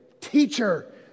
Teacher